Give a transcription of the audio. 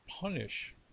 punish